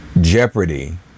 jeopardy